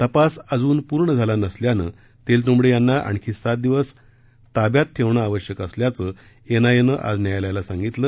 तपास अजून पूर्ण झाला नसल्यानं तेलतुंबड़े यांना आणखी सात दिवस ताब्यात ठेवणं आवश्यक असल्याचं एनआयएनं आज न्यायालयाला सांगितलं